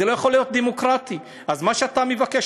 זה לא יכול להיות דמוקרטי, מה שאתה מבקש.